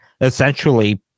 essentially